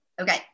Okay